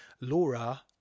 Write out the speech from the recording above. Laura